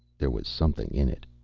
there was something in it.